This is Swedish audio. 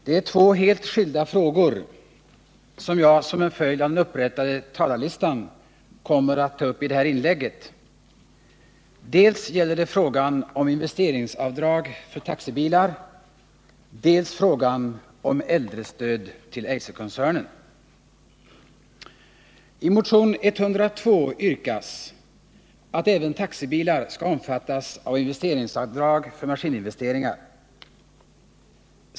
Herr talman! Det är två helt skilda frågor som jag, som en följd av den upprättade talarlistan, kommer att ta upp i det här inlägget. Dels gäller det frågan om investeringsavdrag för taxibilar, dels gäller det frågan om äldrestöd till Eiserkoncernen. I motion 102 yrkas att även taxibilar skall omfattas av investeringsavdrag för maskininvesteringar.